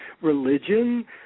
religion